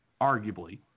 arguably